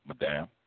madam